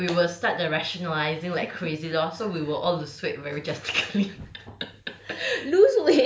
so we will start the rationalising like crazy lor so we were all lose weight very drastically